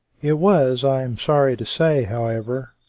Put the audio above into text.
it was, i am sorry to say, however,